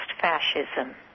fascism